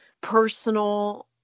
personal